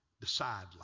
Decide